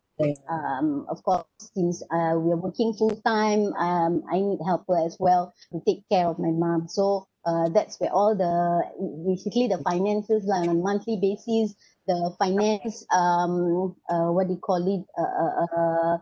and um of course since uh we are working full time um I need helper as well to take care of my mom so uh that's where all the basically the finances lah on a monthly basis the finance um you know uh what do you call it uh uh